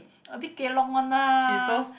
a bit kelong one lah